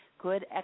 Good